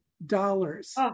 dollars